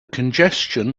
congestion